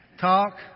talk